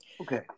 Okay